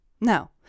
No